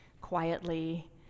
quietly